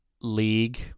league